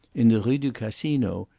in the rue du casino,